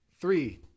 three